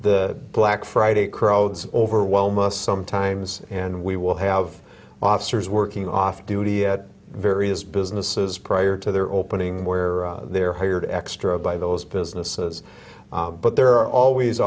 the black friday crowds overwhelm us sometimes and we will have officers working off duty at various businesses prior to their opening where they are hired extra by those businesses but there are always